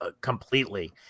completely